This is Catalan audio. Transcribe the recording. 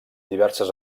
diverses